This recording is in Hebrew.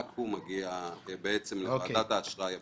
רק הוא מגיע לוועדת האשראי הפנימית.